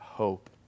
hope